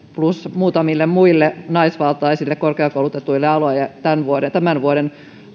plus muutamille muille naisvaltaisille korkeakoulutuksen aloille tämän vuoden tämän vuoden